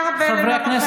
אינו נוכח משה ארבל,